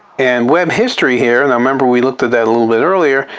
and web history here and remember we looked at that a little bit earlier.